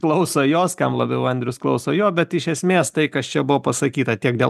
klauso jos kam labiau andrius klauso jo bet iš esmės tai kas čia buvo pasakyta tiek dėl